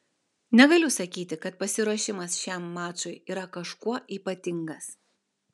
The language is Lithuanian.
negaliu sakyti kad pasiruošimas šiam mačui yra kažkuo ypatingas